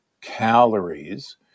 calories